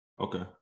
Okay